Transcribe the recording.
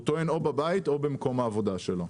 הוא טוען בבית או במקום העבודה שלו.